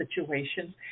situations